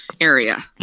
area